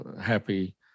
happy